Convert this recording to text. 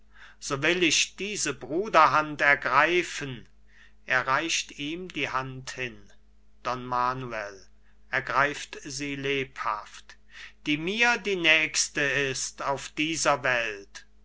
so will ich diese bruderhand ergreifen er reicht ihm die hand hin don manuel ergreift sie lebhaft die mir die nächste ist auf dieser welt